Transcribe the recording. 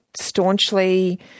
staunchly